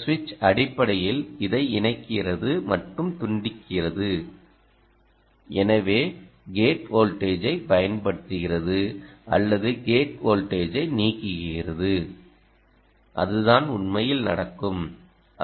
இந்த சுவிட்ச் அடிப்படையில் இதை இணைக்கிறது மற்றும் துண்டிக்கிறது எனவே கேட் வோல்டேஜைப் பயன்படுத்துகிறது அல்லது கேட் வோல்டேஜை நீக்குகிறது அதுதான் உண்மையில் நடக்கும்